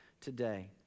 today